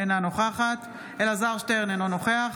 אינה נוכחת אלעזר שטרן, אינו נוכח